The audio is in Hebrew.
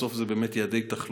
בסוף זה באמת יעדי תחלואה.